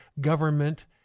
government